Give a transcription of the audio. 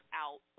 out